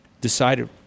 decided